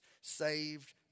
saved